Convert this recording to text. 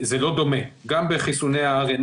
בחיסוני ה-RNA